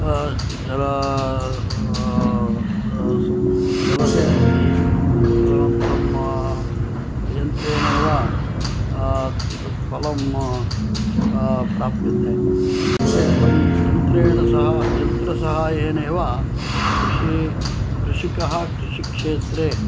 जल जलसमृद्धि तदनन्तरं यन्त्रेणेव तत्पलं प्राप्यते तदर्थं यन्त्रेण सह यन्त्रसहायनैव कृषिकाः कृषिक्षेत्रे